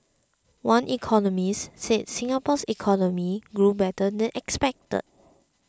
one economist said Singapore's economy grew better than expected